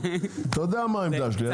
אתה יודע מה העמדה שלי?